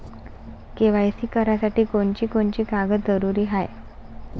KYC करासाठी कोनची कोनची कागद जरुरी हाय?